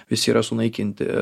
visi yra sunaikinti